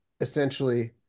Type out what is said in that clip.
essentially